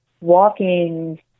walking